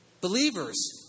Believers